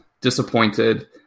disappointed